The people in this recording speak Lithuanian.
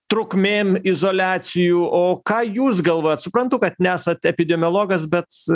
trukmėm izoliacijų o ką jūs galvojat suprantu kad nesat epidemiologas bet